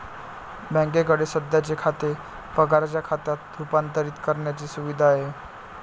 बँकेकडे सध्याचे खाते पगाराच्या खात्यात रूपांतरित करण्याची सुविधा आहे